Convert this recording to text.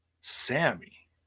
Sammy